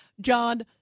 John